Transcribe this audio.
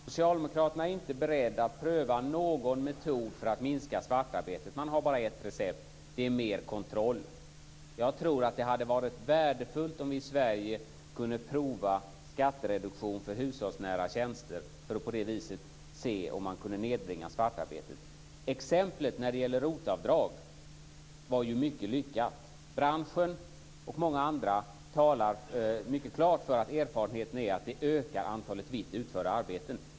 Fru talman! Socialdemokraterna är inte beredda att pröva någon metod för att minska svartarbetet. Man har bara ett recept. Det är mer kontroll. Jag tror att det hade varit värdefullt om vi i Sverige hade kunnat prova skattereduktion för hushållsnära tjänster för att på det viset se om man kan nedbringa svartarbetet. Exemplet med ROT-avdrag var ju mycket lyckat. Branschen och många andra talar mycket klart för att erfarenheten är att det ökar antalet vitt utförda arbeten.